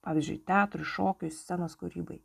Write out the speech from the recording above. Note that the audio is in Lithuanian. pavyzdžiui teatrui šokiui scenos kūrybai